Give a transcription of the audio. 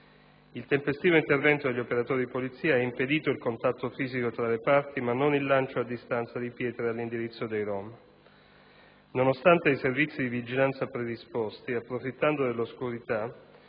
Il tempestivo intervento degli operatori di polizia ha impedito il contatto fisico tra le parti, ma non il lancio, a distanza, di pietre all'indirizzo dei rom. Nonostante i servizi di vigilanza predisposti, approfittando dell'oscurità,